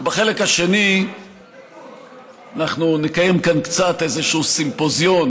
בחלק השני אנחנו נקיים כאן איזה סימפוזיון